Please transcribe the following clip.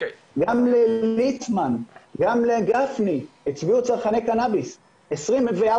גם לליצמן, גם לגפני הצביעו צרכני קנאביס, 24%,